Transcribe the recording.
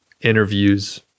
interviews